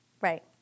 right